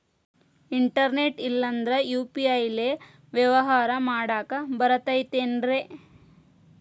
Internet ಇಲ್ಲಂದ್ರ UPI ಲೇ ವ್ಯವಹಾರ ಮಾಡಾಕ ಬರತೈತೇನ್ರೇ?